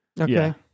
Okay